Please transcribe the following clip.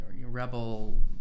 rebel